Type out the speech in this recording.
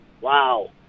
Wow